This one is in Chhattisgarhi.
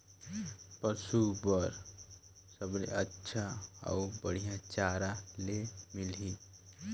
पशु बार सबले अच्छा अउ बढ़िया चारा ले मिलही?